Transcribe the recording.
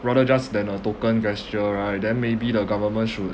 rather just than a token gesture right then maybe the government should